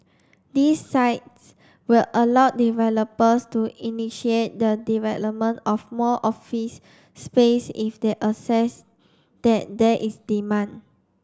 these sites will allow developers to initiate the development of more office space if they assess that there is demand